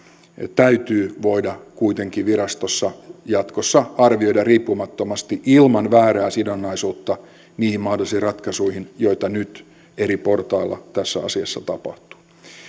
täytyy voida kuitenkin virastossa jatkossa arvioida riippumattomasti ilman väärää sidonnaisuutta niihin mahdollisiin ratkaisuihin joita nyt eri portailla tässä asiassa tapahtuu